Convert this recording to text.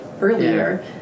earlier